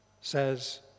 says